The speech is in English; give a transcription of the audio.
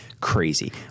crazy